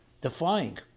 defying